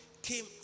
came